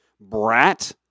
brat